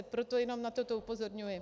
Proto jenom na toto upozorňuji.